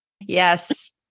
Yes